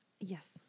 Yes